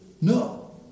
No